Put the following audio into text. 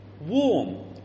warm